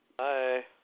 Hi